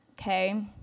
Okay